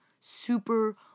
super